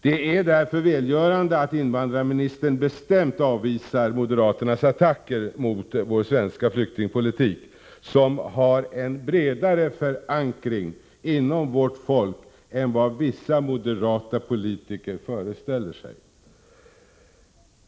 Det är därför välgörande att invandrarministern bestämt avvisar moderaternas attacker mot vår svenska flyktingpolitik, som har en bredare förankring inom vårt folk än vad vissa moderata politiker föreställer sig.